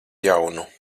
jaunu